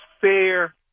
fair